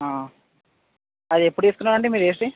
అది ఎప్పుడు తీసుకున్నారు అండి మీరు ఏసీ